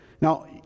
Now